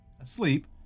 asleep